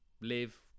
live